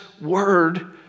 word